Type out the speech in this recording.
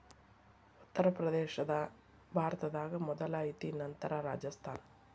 ಉತ್ತರ ಪ್ರದೇಶಾ ಭಾರತದಾಗ ಮೊದಲ ಐತಿ ನಂತರ ರಾಜಸ್ಥಾನ